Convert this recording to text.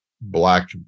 Black